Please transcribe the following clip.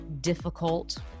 difficult